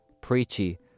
preachy